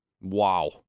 Wow